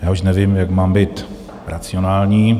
Já už nevím, jak mám být racionální.